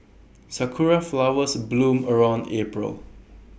Sakura Flowers bloom around April